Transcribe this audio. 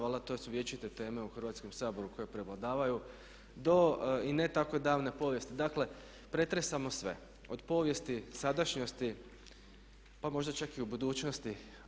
Valjda to su vječite teme u Hrvatskom saboru koje prevladavaju do i ne tako davne povijesti, dakle pretresamo sve od povijesti, sadašnjosti pa možda čak i u budućnosti.